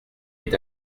est